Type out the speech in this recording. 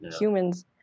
humans